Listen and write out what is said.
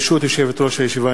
ברשות יושבת-ראש הישיבה,